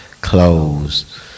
clothes